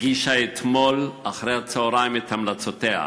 הגישה אתמול אחר הצהריים את המלצותיה.